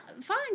fine